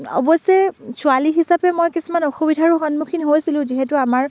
অৱশ্যে ছোৱালী হিচাপে মই কিছুমান অসুবিধাৰো সন্মুখীন হৈছিলোঁ যিহেতু আমাৰ